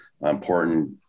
important